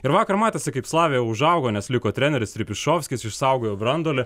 ir vakar matėsi kaip slavija užaugo nes liko treneris ripišofskis išsaugojo branduolį